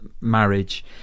marriage